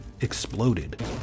exploded